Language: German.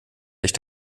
sich